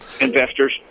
investors